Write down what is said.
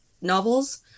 novels